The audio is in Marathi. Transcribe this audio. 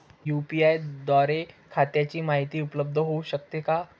यू.पी.आय द्वारे खात्याची माहिती उपलब्ध होऊ शकते का?